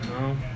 No